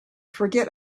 forget